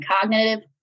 cognitive